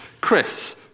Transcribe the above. Chris